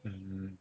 mm